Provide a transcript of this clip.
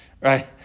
right